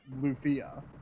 Lufia